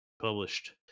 published